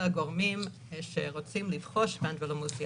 אלא אלה גורמים שרוצים לבחוש באנדרלמוסיה.